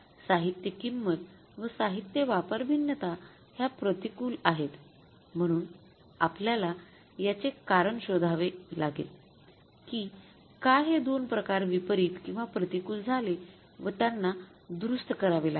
साहित्य किंमत व साहित्य वापर भिन्नता ह्या प्रतिकूल आहेत म्हणून आपल्यला याचे कारण शोधावे लागेल कि का हे दोन प्रकार विपरीत किंवा प्रतिकूल झाले व त्यांना दुरुस्त करावे लागेल